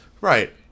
Right